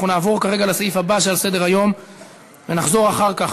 אנחנו נעבור כרגע לסעיף הבא שעל סדר-היום ונחזור אחר כך